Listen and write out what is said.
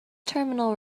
terminal